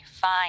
fine